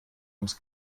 ums